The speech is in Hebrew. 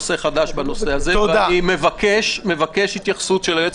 בנושא הזה ואני מבקש התייחסות של היועץ